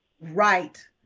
Right